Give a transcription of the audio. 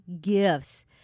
gifts